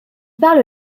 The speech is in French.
parle